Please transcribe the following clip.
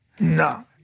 No